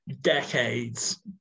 decades